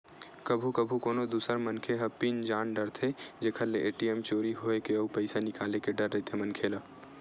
कभू कभू कोनो दूसर मनखे ह पिन जान डारथे जेखर ले ए.टी.एम चोरी होए के अउ पइसा निकाले के डर रहिथे मनखे मन ल